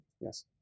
Yes